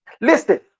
Listen